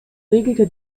regelte